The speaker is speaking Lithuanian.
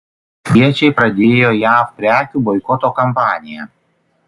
meksikiečiai pradėjo jav prekių boikoto kampaniją